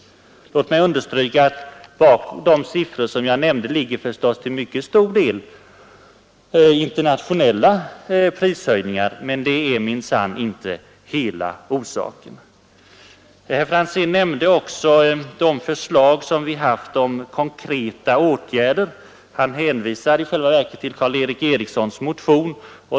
Låt mig understryka att bakom de siffror jag nämnde ligger till mycket stor del internationella prishöjningar, men de utgör minsann inte hela orsaken. Herr Franzén nämnde också de förslag som vi lagt fram om konkreta åtgärder. Han hänvisade i själva verket till Karl Erik Erikssons motion.